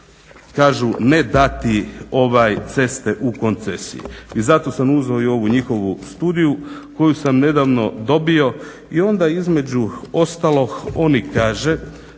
kažu ne dati ceste u koncesije. I zato sam uzeo i ovu njihovu studiju koju sam nedavno dobio i onda između ostalog oni kažu